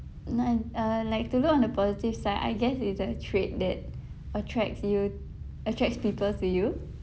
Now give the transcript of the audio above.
n~ uh like to look on the positive side I guess it's a trait that attracts you attracts people to you